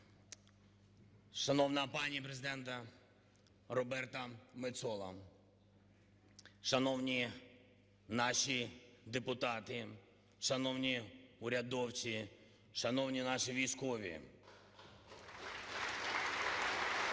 шановна пані Президенте Роберта Мецола, шановні наші депутати, шановні урядовці, шановні наші військові (Оплески)